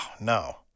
no